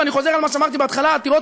ואני חוזר על מה שאמרתי בהתחלה: העתירות